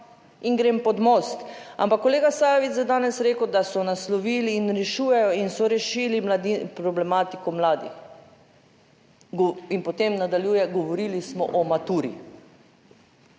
in grem pod most. Ampak kolega Sajovic je danes rekel, da so naslovili in rešujejo in so rešili problematiko mladih in potem nadaljuje: Govorili smo o maturi.